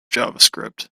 javascript